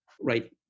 right